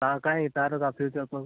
ତା'ର କାଇଁ ତା'ର ବାକି ବିଷୟ ସବୁ